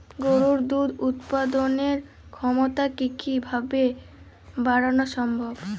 গরুর দুধ উৎপাদনের ক্ষমতা কি কি ভাবে বাড়ানো সম্ভব?